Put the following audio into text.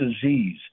disease